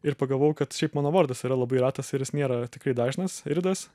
ir pagalvojau kad šiaip mano vardas yra labai retas ir jis nėra tikrai dažnas ridas